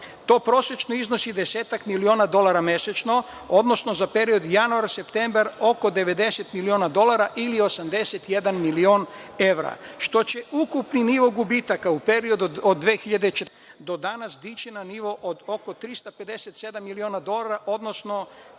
To prosečno iznosi desetak miliona dolara mesečno, odnosno za period januar, septembar oko 90 miliona dolara ili 81 milion evra, što će ukupni nivo gubitaka u periodu od 2014. do danas dići na nivo od oko 357 miliona dolara, odnosno